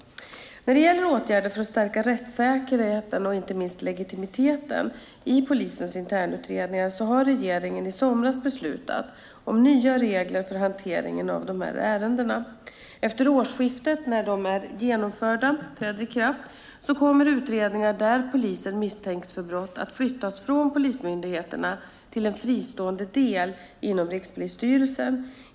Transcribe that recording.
När det gäller åtgärder för att stärka rättssäkerheten och inte minst legitimiteten i polisens internutredningar har regeringen i somras beslutat om nya regler för hanteringen av de här ärendena. Efter årsskiftet, när de träder i kraft, kommer utredningar där poliser misstänks för brott att flyttas från polismyndigheterna till en fristående del inom Rikspolisstyrelsen.